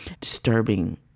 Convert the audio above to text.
disturbing